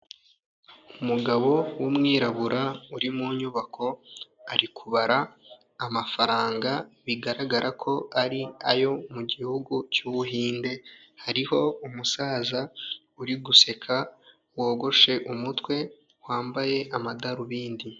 Umugabo w'umwirabura uri mu nyubako ari kubara amafaranga, bigaragara ko ari ayo mu gihugu cy'ubuhinde hariho umusaza uri guseka wogoshe umutwe, wambaye amadarubindi.